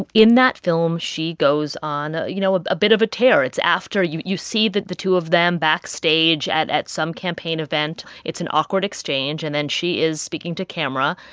in that film, she goes on, you know, ah a bit of a tear. it's after you you see the the two of them backstage at at some campaign event. it's an awkward exchange. and then she is speaking to camera.